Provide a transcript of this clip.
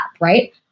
right